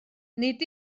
nid